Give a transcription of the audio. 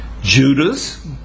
Judas